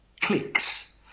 clicks